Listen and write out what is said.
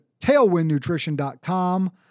tailwindnutrition.com